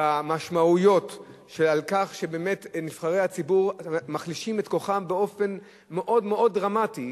במשמעויות של כך שנבחרי הציבור מחלישים את כוחם באופן מאוד דרמטי,